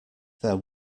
there